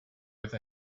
with